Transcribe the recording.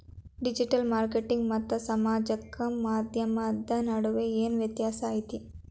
digital marketing ಮತ್ತ ಸಾಮಾಜಿಕ ಮಾಧ್ಯಮದ ನಡುವ ಏನ್ ವ್ಯತ್ಯಾಸ ಐತಿ